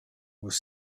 was